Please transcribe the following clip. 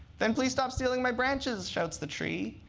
then please stop stealing my branches, shouts the tree.